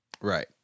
Right